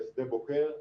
בשדה בוקר.